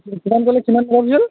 কিমান ক'লে কিমান